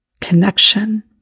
connection